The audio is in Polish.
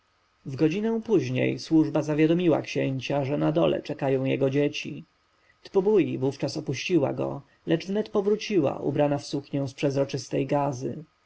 godzinę później służba zawiadomiła księcia że na dole czekają jego dzieci tbubui wówczas opuściła go lecz wnet wróciła ubrana w suknię z przezroczystej gazy